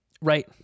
right